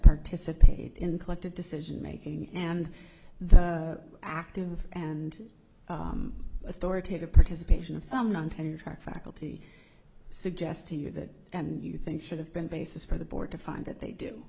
participate in collective decision making and the active and authoritative participation of some non tenure track faculty suggest to you that and you think should have been basis for the board to find that they do